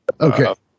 Okay